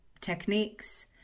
techniques